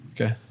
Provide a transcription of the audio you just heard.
Okay